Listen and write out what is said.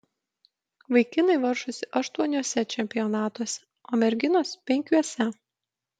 vaikinai varžosi aštuoniuose čempionatuose o merginos penkiuose